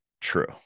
true